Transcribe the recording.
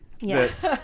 Yes